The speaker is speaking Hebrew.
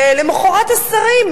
ולמחרת השרים,